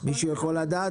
מישהו יכול לדעת?